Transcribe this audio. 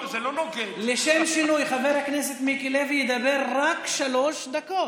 לשם שינוי, חבר הכנסת מיקי לוי ידבר רק שלוש דקות.